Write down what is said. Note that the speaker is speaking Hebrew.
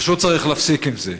פשוט צריך להפסיק עם זה.